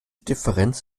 differenz